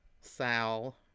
Sal